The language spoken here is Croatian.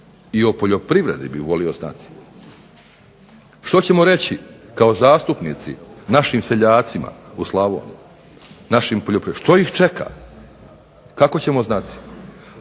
i o poljoprivredi bih volio znati. Što ćemo reći kao zastupnici našim seljacima u Slavoniji, što ih čeka, kako ćemo znati.